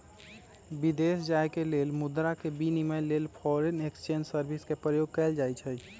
विदेश जाय के लेल मुद्रा के विनिमय लेल फॉरेन एक्सचेंज सर्विस के प्रयोग कएल जाइ छइ